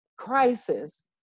Crisis